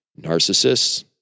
Narcissists